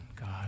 God